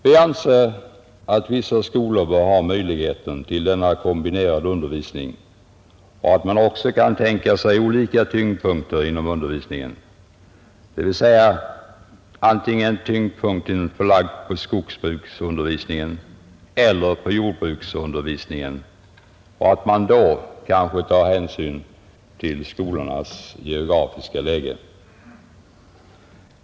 Vi anser att vissa skolor bör ha möjligheten till denna kombinerade undervisning och att man också kan tänka sig olika tyngdpunkter inom undervisningen, dvs. antingen tyngdpunkten förlagd på skogsbruksundervisningen eller på jordbruksundervisningen och att man då kanske tar hänsyn till skolornas geografiska läge.